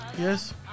Yes